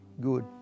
good